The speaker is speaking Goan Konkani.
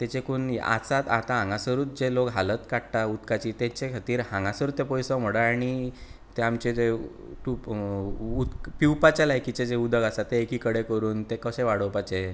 तेचेकून आसतात हांगां सरूत हालत काडटा उदकाचे की तेचें खातीर हांगासर तो पयसो मोडात आनी ते आमचे जे टू पिवपाचे लायकिचें जे उदक आसा तें एकीकडेन करून तें कशें वाडोवपाचें